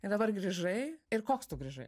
ir dabar grįžai ir koks tu grįžai